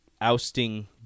ousting